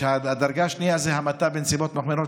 והדרגה השנייה היא המתה בנסיבות מחמירות,